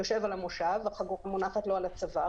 יושב על המושב, החגורה מונחת לו על הצוואר,